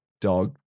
dog